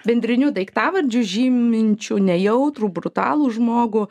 bendriniu daiktavardžiu žyminčiu nejautrų brutalų žmogų